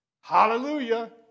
Hallelujah